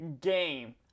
game